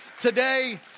today